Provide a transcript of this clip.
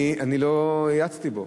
אני לא האצתי בו,